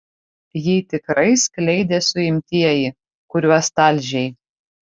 jį tikrai skleidė suimtieji kuriuos talžei